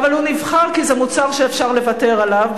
אבל הוא נבחר כי זה מוצר שאפשר לוותר עליו,